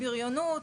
בריונות,